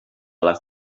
les